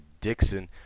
dixon